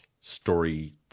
story